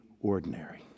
ordinary